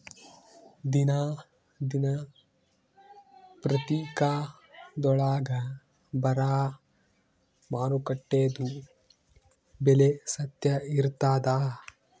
ದಿನಾ ದಿನಪತ್ರಿಕಾದೊಳಾಗ ಬರಾ ಮಾರುಕಟ್ಟೆದು ಬೆಲೆ ಸತ್ಯ ಇರ್ತಾದಾ?